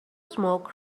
smoke